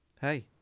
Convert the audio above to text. Hey